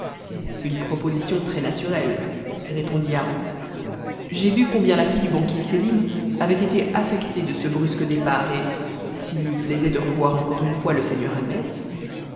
une proposition très naturelle répondit yarhud j'ai vu combien la fille du banquier sélim avait été affectée de ce brusque départ et s'il lui plaisait de revoir encore une fois le seigneur ahmet